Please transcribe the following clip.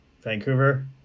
Vancouver